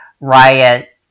riot